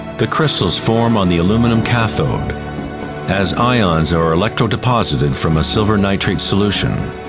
the crystals form on the aluminum cathode as ions are electrodeposited from a silver nitrate solution.